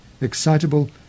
excitable